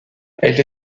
elle